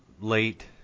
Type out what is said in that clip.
late